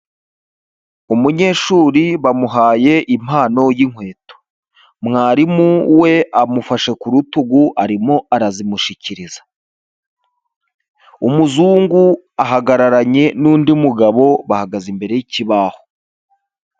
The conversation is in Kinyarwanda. Umunyeshuri bamuhaye impano y'inkweto, mwarimu we amufasha ku rutugu arimo arazimushikiriza, umuzungu ahagararanye n'undi mugabo bahagaze imbere y'ikibaho.